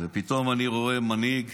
ופתאום אני רואה מנהיג